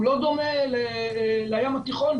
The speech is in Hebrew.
לא דומה לים התיכון.